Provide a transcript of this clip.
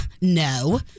no